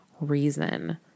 reason